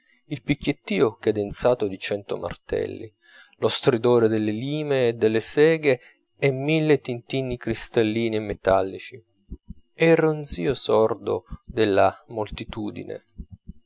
il picchiettio cadenzato di cento martelli lo stridore delle lime e delle seghe e mille tintinni cristallini e metallici e il ronzìo sordo della moltitudine